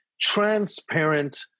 transparent